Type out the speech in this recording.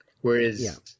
whereas